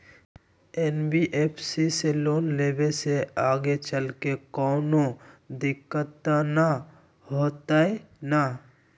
NBFC से loan लेबे से आगेचलके कौनो दिक्कत त न होतई न?